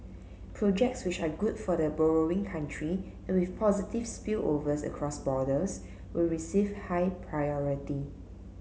projects which are good for the borrowing country and with positive spillovers across borders will receive high priority